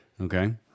Okay